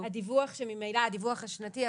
הדיווח השנתי.